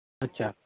ᱟᱪᱪᱷᱟ